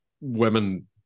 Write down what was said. women